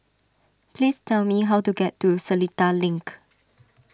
please tell me how to get to Seletar Link